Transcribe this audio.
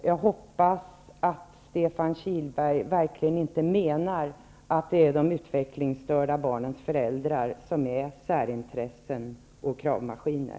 Jag hoppas att Stefan Kihlberg verkligen inte menar att det är de utvecklingsstörda barnens föräldrar som är särintressen och kravmaskiner.